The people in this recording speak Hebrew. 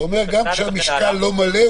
הלאה -- אתה אומר שגם כשהמשקל לא מלא,